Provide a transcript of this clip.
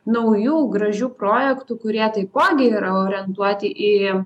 naujų gražių projektų kurie taipogi yra orientuoti į